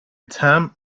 term